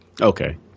Okay